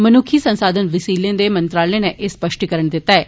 मनुक्खी साधन बसीले दे मंत्रालय नै एह स्पष्टीकरण दित्ता ऐ